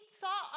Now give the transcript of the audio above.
saw